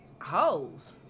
Holes